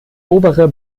obere